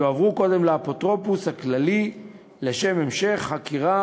יועברו קודם לאפוטרופוס הכללי לשם המשך חקירה,